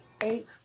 eight